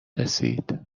رسید